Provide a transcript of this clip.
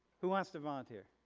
who wants to volunteer?